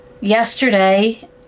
yesterday